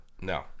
No